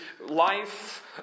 life